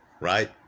right